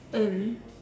mm